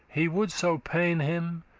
he would so pain him,